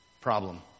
Problem